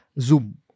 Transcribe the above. Zoom